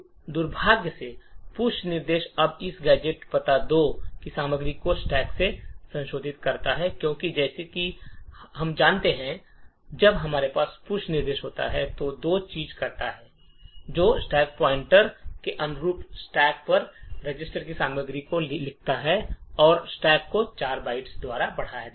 दुर्भाग्य से पुश निर्देश अब इस गैजेट पता 2 की सामग्री को स्टैक में संशोधित करता है क्योंकि जैसा कि हम जानते हैं कि जब हमारे पास पुश निर्देश होता है तो यह दो चीजें करता है जो स्टैक पॉइंटर के अनुरूप स्टैक पर रजिस्टर की सामग्री को लिखता है और स्टैक को 4 बाइट्स द्वारा बढ़ाता है